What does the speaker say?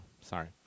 sorry